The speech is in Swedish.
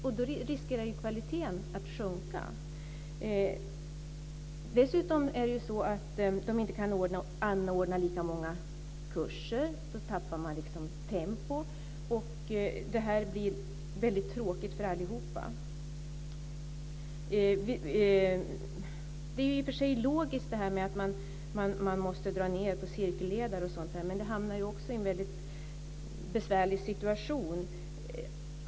Och då riskerar kvaliteten att sjunka. Dessutom kan förbunden inte anordna lika många kurser. Då tappar man tempo, och det blir väldigt tråkigt för allihop. Det är i och för sig logiskt att man måste dra ned på cirkelledare, men man hamnar också i en besvärlig situation.